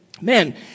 man